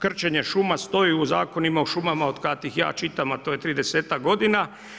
Krčenje šuma stoji u zakonima o šumama od kad ih ja čitam, a to je 30-ak godina.